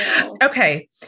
Okay